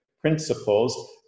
principles